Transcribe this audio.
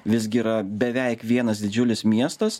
visgi yra beveik vienas didžiulis miestas